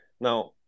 Now